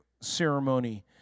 ceremony